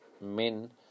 men